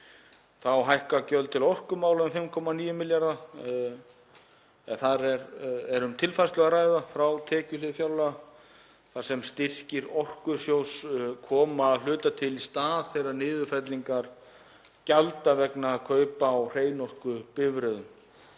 Þá hækka gjöld til orkumála um 5,9 milljarða. Þar er um tilfærslu að ræða frá tekjuhlið fjárlaga þar sem styrkir Orkusjóðs koma að hluta til í stað niðurfellingar gjalda vegna kaupa á hreinorkubifreiðum.